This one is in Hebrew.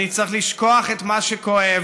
אני צריך לשכוח את מה שכואב,